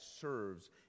serves